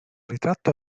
ritratto